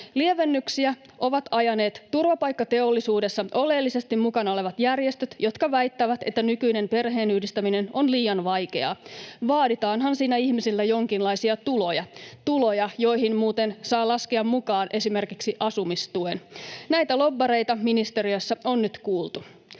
Lievennyksiä ovat ajaneet turvapaikkateollisuudessa oleellisesti mukana olevat järjestöt, jotka väittävät, että nykyinen perheenyhdistäminen on liian vaikeaa, vaaditaanhan siinä ihmisiltä jonkinlaisia tuloja — tuloja, joihin muuten saa laskea mukaan esimerkiksi asumistuen. Näitä lobbareita ministeriössä on nyt kuultu.